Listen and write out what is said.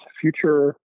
future